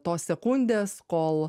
tos sekundės kol